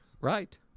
Right